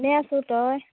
এনেই আছোঁ তই